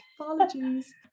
Apologies